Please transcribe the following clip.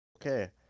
Okay